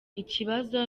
ikibazo